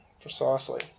Precisely